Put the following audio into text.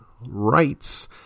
rights